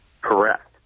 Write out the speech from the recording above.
Correct